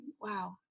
wow